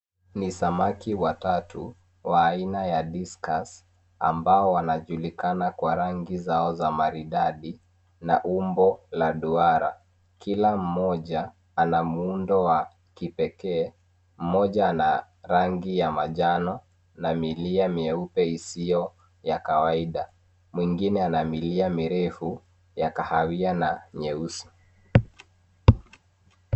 Ni samaki watatu wa aina ya discus ambao wanajulikana kwa rangi zao za maridadi na umbo la duara. Kila mmoja ana muundo wa kipekee. Mmoja ana rangi ya njano na milia mieupe isiyo ya kawaida. Mwingine ana milia mirefu ya kahawia na nyeusi.